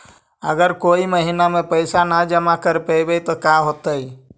अगर कोई महिना मे पैसबा न जमा कर पईबै त का होतै?